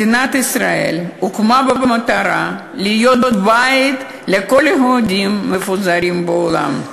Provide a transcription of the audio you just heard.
מדינת ישראל הוקמה במטרה להיות בית לכל היהודים המפוזרים בעולם.